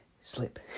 slip